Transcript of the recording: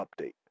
update